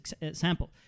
example